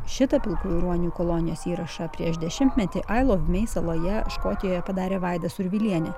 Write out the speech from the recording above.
šitą pilkųjų ruonių kolonijos įrašą prieš dešimtmetį ailov mei saloje škotijoje padarė vaida survilienė